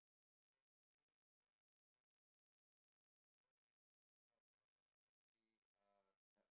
but then anyways ya what was I saying I will If I want to help a elderly uh